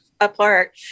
apart